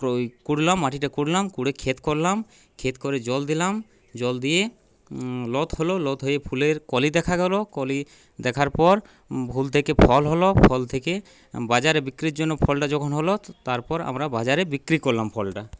কুরলাম মাটিটা খুঁড়লাম কুরে ক্ষেত করলাম ক্ষেত করে জল দিলাম জল দিয়ে লোত হল লোত হয়ে ফুলের কলি দেখা গেল কলি দেখার পর ফুল থেকে ফল হল ফল থেকে বাজারে বিক্রির জন্য ফলটা যখন হল তারপর আমরা বাজারে বিক্রি করলাম ফলটা